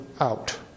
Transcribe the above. out